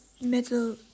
middle